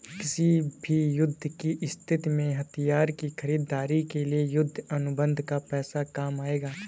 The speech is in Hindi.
किसी भी युद्ध की स्थिति में हथियार की खरीदारी के लिए युद्ध अनुबंध का पैसा काम आएगा